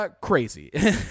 Crazy